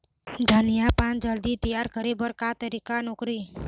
धनिया पान जल्दी तियार करे बर का तरीका नोकरी?